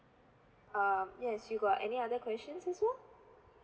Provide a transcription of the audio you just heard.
um yes you got any other questions as well